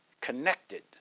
connected